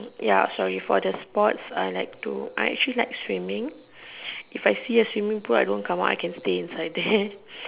ya sorry for the sports I like to actually I like swimming if I see a swimming pool I don't come out I can stay inside there